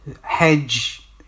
Hedge